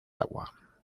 agua